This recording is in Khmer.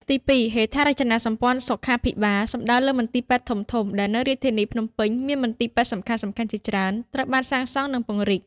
ទីពីរ ហេដ្ឋារចនាសម្ព័ន្ធសុខាភិបាល សំដៅលើមន្ទីរពេទ្យធំៗដែលនៅរាជធានីភ្នំពេញ មានមន្ទីរពេទ្យសំខាន់ៗជាច្រើនត្រូវបានសាងសង់ និងពង្រីក។